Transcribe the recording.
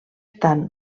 tant